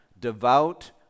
devout